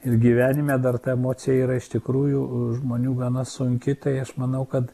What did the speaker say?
ir gyvenime dar ta emocija yra iš tikrųjų žmonių gana sunki tai aš manau kad